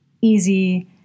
easy